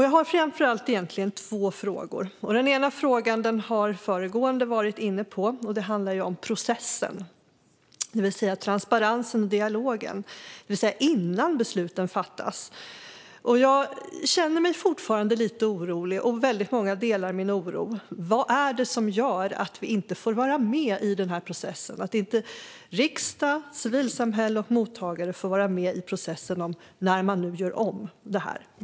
Jag har framför allt två frågor. Den ena frågan har även föregående replikör varit inne på. Den handlar om processen, det vill säga transparensen och dialogen, alltså innan besluten fattas. Jag känner mig fortfarande lite orolig, och väldigt många delar min oro: Vad är det som gör att riksdag, civilsamhälle och mottagare inte får vara med i processen när man nu gör om det här?